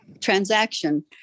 transaction